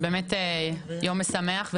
באמת יום משמח.